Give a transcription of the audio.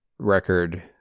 record